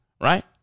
right